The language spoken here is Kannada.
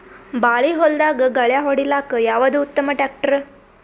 ಬಾಳಿ ಹೊಲದಾಗ ಗಳ್ಯಾ ಹೊಡಿಲಾಕ್ಕ ಯಾವದ ಉತ್ತಮ ಟ್ಯಾಕ್ಟರ್?